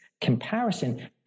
Comparison